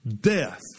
death